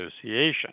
Association